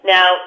Now